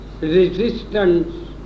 resistance